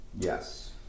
Yes